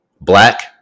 black